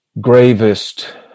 gravest